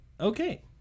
Okay